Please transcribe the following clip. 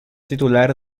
titular